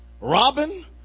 Robin